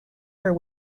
her